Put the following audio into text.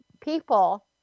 people